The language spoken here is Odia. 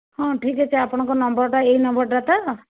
ହଁ ଠିକ ଅଛି ଆପଣଙ୍କ ନମ୍ବରଟା ଏଇ ନମ୍ବରଟା ତ